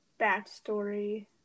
backstory